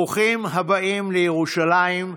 ברוכים הבאים לירושלים,